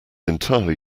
entirely